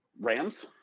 Rams